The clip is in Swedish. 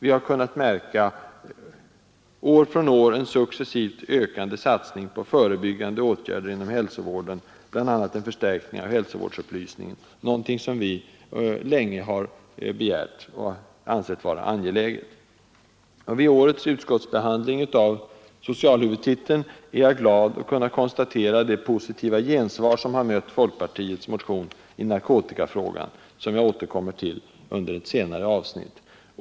Vi har kunnat märka en år från år successivt ökande satsning på förebyggande åtgärder inom hälsovården, bl.a. en förstärkning av hälsovårdsupplysningen — någonting som vi länge har begärt och ansett vara angeläget. 6. Vid årets utskottsbehandling av socialhuvudtiteln är jag glad att kunna konstatera det positiva gensvar som har mött folkpartiets motion i narkotikafrågan, som jag återkommer till under ett senare avsnitt.